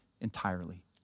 entirely